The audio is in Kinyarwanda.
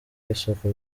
y’isuku